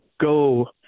go